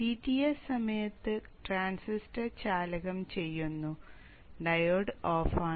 dTs സമയത്ത് transistor ചാലകം ചെയ്യുന്നു ഡയോഡ് ഓഫാണ്